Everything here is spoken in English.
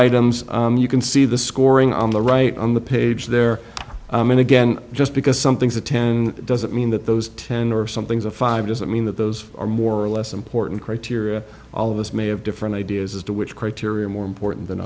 items you can see the scoring on the right on the page there and again just because something's a ten doesn't mean that those ten or something's a five doesn't mean that those are more or less important criteria all of us may have different ideas as to which criteria are more important than